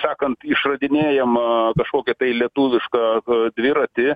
sakant išradinėjam kažkokį tai lietuvišką dviratį